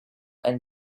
and